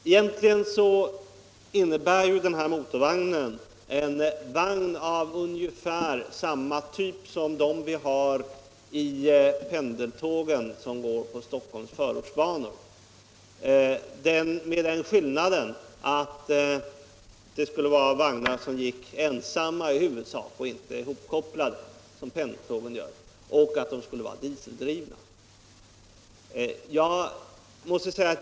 Egentligen är den här motorvagnen av ungefär samma typ som dem vi har i pendeltågen på Stockholms förortsbanor — med den skillnaden att det skulle vara vagnar som i huvudsak gick ensamma och inte ihopkopplade, som pendeltågen gör, och att de skulle vara dieseldrivna.